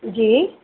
जी